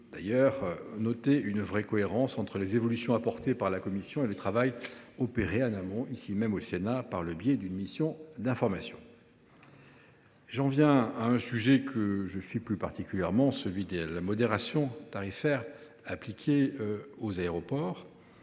d’ailleurs noter une vraie cohérence entre les évolutions apportées par la commission et le travail opéré en amont, au Sénat, par le biais d’une mission d’information. J’en viens à un sujet que je suis plus particulièrement, celui de la modération tarifaire appliquée aux aéroports.